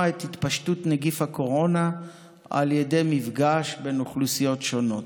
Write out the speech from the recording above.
את התפשטות נגיף הקורונה על ידי מפגש בין אוכלוסיות שונות.